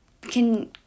Can-